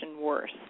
worse